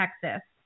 Texas